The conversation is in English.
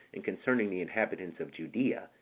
and concerning the inhabitants of judea,